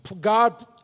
God